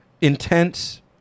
intense